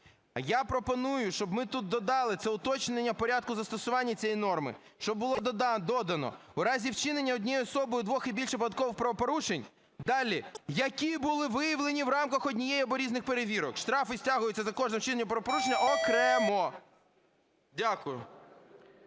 Я пропоную, щоб ми тут додали - це уточнення порядку застосування цієї норми, - щоб було додано: "В разі вчинення однією особою двох і більше податкових правопорушень… - далі, - які були виявлені в рамках однієї або різних перевірок, штрафи стягуються за кожне вчинене правопорушення окремо". Дякую.